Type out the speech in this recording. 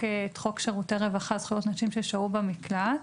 שירותי רווחה (זכויות נשים ששהו במקלט)